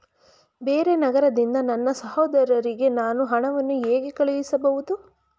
ಬೇರೆ ನಗರದಿಂದ ನನ್ನ ಸಹೋದರಿಗೆ ನಾನು ಹಣವನ್ನು ಹೇಗೆ ಕಳುಹಿಸಬಹುದು?